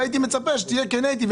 והייתי מצפה שתהיה כן איתי,